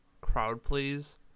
crowd-please